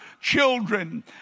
children